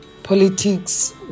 politics